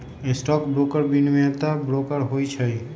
stock broker विनियमित broker होइ छइ